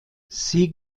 sie